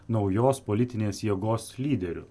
naujos politinės jėgos lyderiu